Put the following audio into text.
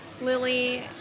Lily